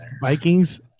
Vikings